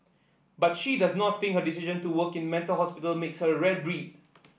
but she does not think her decision to work in the mental hospital makes her a rare breed